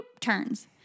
turns